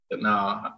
No